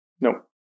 No